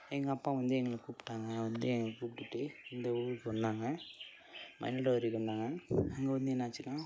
எங்கள் அப்பா வந்து எங்களை கூப்பிட்டாங்க வந்து எங்களை கூப்பிட்டுட்டு இந்த ஊருக்கு வந்தாங்க மயிலாடுதுறைக்கு வந்தாங்க அங்கே வந்து என்னாச்சுன்னா